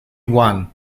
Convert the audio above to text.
one